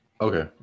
Okay